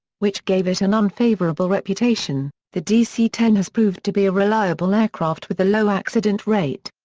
which gave it an unfavorable reputation, the dc ten has proved to be a reliable aircraft with a low accident rate.